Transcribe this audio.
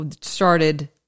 started